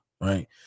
right